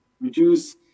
reduce